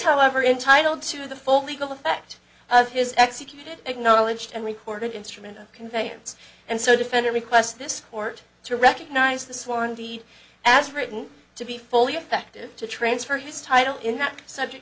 however entitled to the full legal effect of his executed acknowledged and recorded instrument of conveyance and so defendant requests this court to recognize the sworn deed as written to be fully effective to transfer his title in that subject